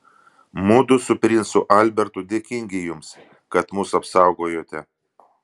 mudu su princu albertu dėkingi jums kad mus apsaugojote